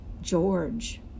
George